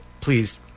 please